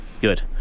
Good